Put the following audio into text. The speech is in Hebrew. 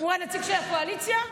הוא הנציג של הקואליציה?